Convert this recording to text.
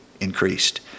increased